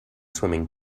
swimming